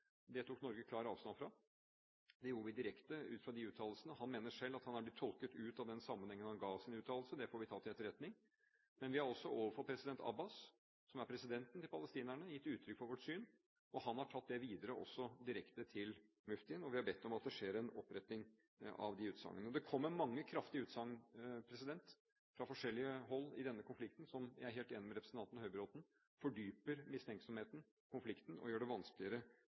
Norge tok klart avstand fra dem. Det gjorde vi direkte – ut fra uttalelsene. Han mener selv at han er blitt tolket ut av den sammenhengen han ga sin uttalelse i. Det får vi ta til etterretning. Men vi har overfor president Abbas, palestinernes president, gitt uttrykk for vårt syn. Han har tatt det videre, også direkte til muftien, og vi har bedt om at det skjer en oppretting av de utsagnene. Det kommer mange kraftige utsagn fra forskjellig hold i denne konflikten, og jeg er helt enig med representanten Høybråten i at dette gjør konflikten – mistenksomheten – dypere, og gjør det vanskeligere